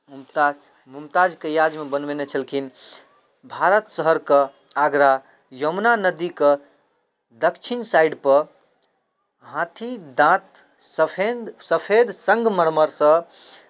मुमताज मुमताजके यादमे बनबेने छलखिन भारत शहरके आगरा यमुना नदीके दक्षिण साइडपर हाथी दाँत सफेद सफेद संगमरमरसँ